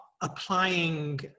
applying